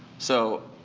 so,